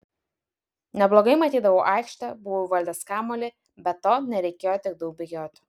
neblogai matydavau aikštę buvau įvaldęs kamuolį be to nereikėjo tiek daug bėgioti